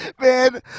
man